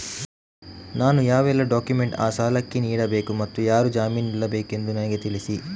ನಾನು ಯಾವೆಲ್ಲ ಡಾಕ್ಯುಮೆಂಟ್ ಆ ಸಾಲಕ್ಕೆ ನೀಡಬೇಕು ಮತ್ತು ಯಾರು ಜಾಮೀನು ನಿಲ್ಲಬೇಕೆಂದು ನನಗೆ ತಿಳಿಸಿ?